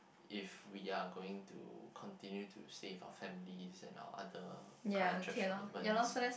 if we are going to continue to save our families and our other current church commitments